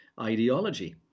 ideology